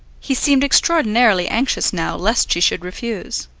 he seemed extraordinarily anxious, now, lest she should refuse.